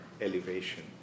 elevation